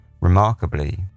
remarkably